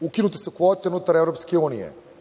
Ukinute su kvote unutar EU,